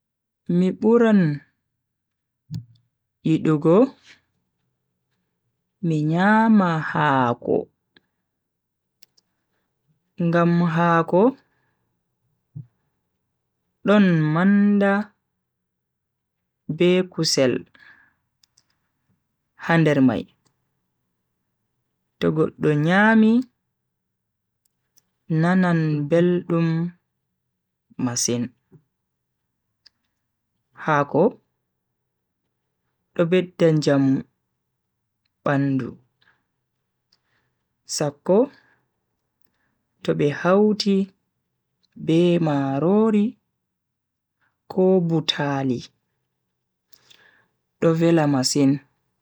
Mi buran yidugo mi nyama haako. ngam haako don manda be kusel ha nder mai to goddo nyami nanan beldum masin. haako do bedda njamu bandu sakko to be hauti be marori ko butaali do vela masin.